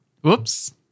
Whoops